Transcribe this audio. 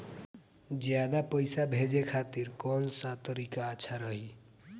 ज्यादा पईसा भेजे खातिर कौन सा तरीका अच्छा रही?